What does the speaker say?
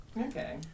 Okay